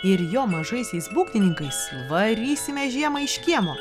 ir jo mažaisiais būgnininkais varysime žiemą iš kiemo